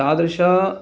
तादृश